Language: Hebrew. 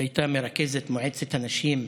היא הייתה מרכזת מועצת הנשים,